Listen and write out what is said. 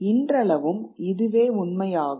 இன்றளவும் இதுவே உண்மை ஆகும்